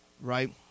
right